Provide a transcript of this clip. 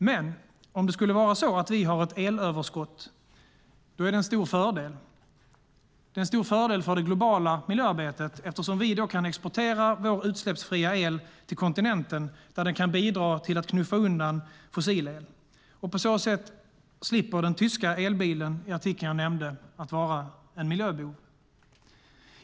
Men om det skulle vara så att vi har ett elöverskott är det en stor fördel för det globala miljöarbetet, eftersom vi då kan exportera vår utsläppsfria el till kontinenten där den kan bidra till att knuffa undan fossilelen. På så sätt slipper den tyska elbilen i artikeln jag nämnde vara en miljöbov.